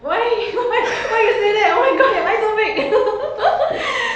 why why why you say that oh my god your eye so big